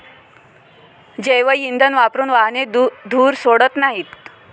जैवइंधन वापरून वाहने धूर सोडत नाहीत